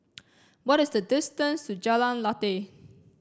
what is the distance to Jalan Lateh